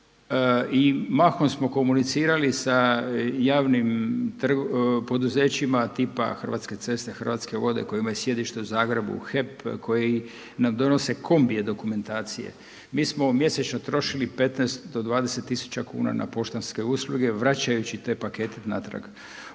i mahom smo komunicirali sa javnim poduzećima tipa Hrvatske ceste, Hrvatske vode koje imaju sjedište u Zagrebu HEP, koji nam donose kombije dokumentacije. Mi smo mjesečno trošili 15 do 20000 kuna na poštanske usluge vraćajući te pakete natrag.